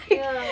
ya